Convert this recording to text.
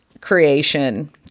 creation